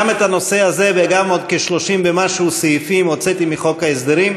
גם את הנושא הזה וגם עוד כ-30 ומשהו סעיפים הוצאתי מחוק ההסדרים,